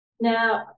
Now